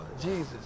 Jesus